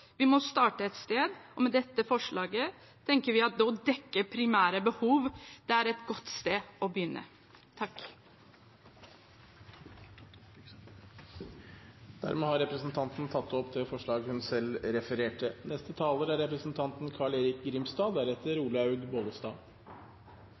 Vi må starte et sted, og med dette forslaget tenker vi at å dekke primære behov er et godt sted å begynne. Representanten Sheida Sangtarash har tatt opp det forslaget hun refererte